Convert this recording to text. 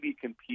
compete